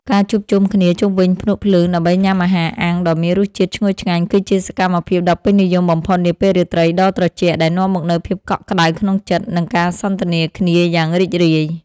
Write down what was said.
ការជួបជុំគ្នាជុំវិញភ្នក់ភ្លើងដើម្បីញ៉ាំអាហារអាំងដ៏មានរសជាតិឈ្ងុយឆ្ងាញ់គឺជាសកម្មភាពដ៏ពេញនិយមបំផុតនាពេលរាត្រីដ៏ត្រជាក់ដែលនាំមកនូវភាពកក់ក្ដៅក្នុងចិត្ត និង ការសន្ទនាគ្នាយ៉ាងរីករាយ។